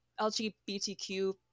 LGBTQ